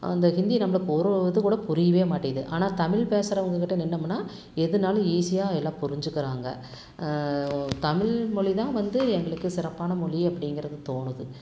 அந்த ஹிந்தி நம்மளுக்கு ஒரு இதுக்கூட புரியவே மாட்டேக்கிது ஆனால் தமிழ் பேசுக்கிறவங்கக்கிட்ட நின்னமுன்னா எதுனாலும் ஈஸியாக எல்லாம் புரிஞ்சுக்கிறாங்க தமிழ்மொலி தான் வந்து எங்களுக்கு சிறப்பான மொழி அப்படிங்கிறது தோணுது